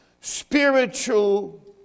spiritual